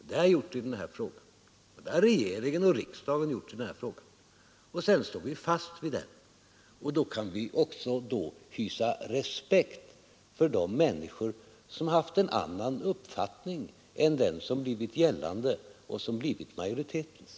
Det har jag gjort och det har regeringen och riksdagen gjort i denna fråga. Sedan står vi fast vid detta. Då kan vi också hysa respekt för de människor som haft en annan uppfattning än den som blivit gällande, den som blev majoritetens.